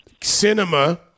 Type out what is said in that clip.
Cinema